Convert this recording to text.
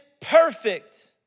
perfect